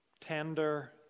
tender